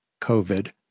COVID